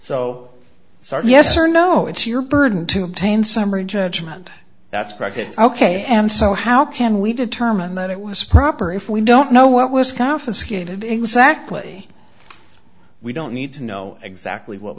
start yes or no it's your burden to obtain summary judgment that's correct it's ok and so how can we determine that it was proper if we don't know what was confiscated exactly we don't need to know exactly what